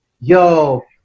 yo